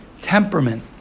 temperament